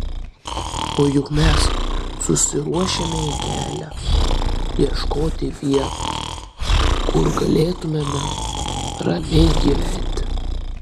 o juk mes susiruošėme į kelią ieškoti vietos kur galėtumėme ramiai gyventi